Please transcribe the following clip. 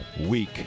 week